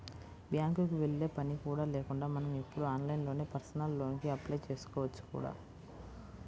బ్యాంకుకి వెళ్ళే పని కూడా లేకుండా మనం ఇప్పుడు ఆన్లైన్లోనే పర్సనల్ లోన్ కి అప్లై చేసుకోవచ్చు కూడా